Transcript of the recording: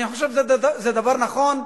אני חושב, זה דבר נכון.